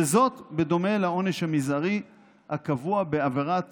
וזאת בדומה לעונש המזערי הקבוע בעבירת